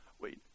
wait